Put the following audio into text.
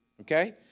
Okay